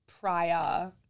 prior